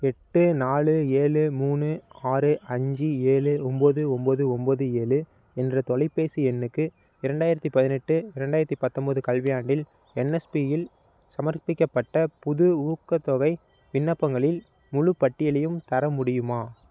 எட்டு நாலு ஏழு மூணு ஆறு அஞ்சு ஏழு ஒம்பது ஒம்பது ஒம்பது ஏழு என்ற தொலைபேசி எண்ணுக்கு இரண்டாயிரத்து பதினெட்டு இரண்டாயிரத்து பத்தொன்பது கல்வியாண்டில் என்எஸ்பியில் சமர்ப்பிக்கப்பட்ட புது ஊக்க தொகை விண்ணப்பங்களின் முழுப் பட்டியலையும் தர முடியுமா